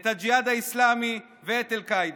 את הג'יהאד האסלאמי ואת אל-קאעידה.